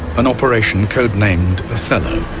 an operation code named othello.